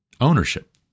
ownership